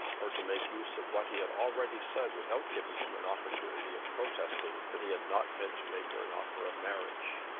or to make use of what he had already said without giving him an opportunity of protesting that he had not meant to make her an offer of marriage.